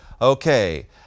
okay